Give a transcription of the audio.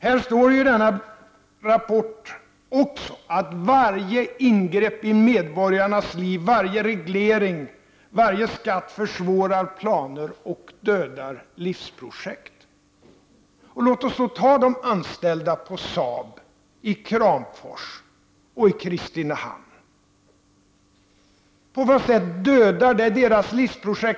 Det står också i denna rapport att varje ingrepp i medborgarnas liv, varje reglering, varje skatt försvårar planer och dödar livsprojekt. Låt oss se på de anställda på SAAB i Kramfors och i Kristinehamn.